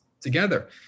together